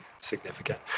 significant